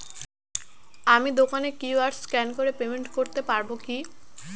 আমি দোকানে QR scan করে পেমেন্ট করতে পারবো কি?